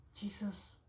Jesus